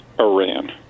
Iran